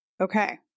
okay